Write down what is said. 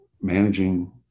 managing